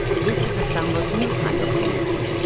this is a somewhat new kind of religion.